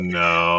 no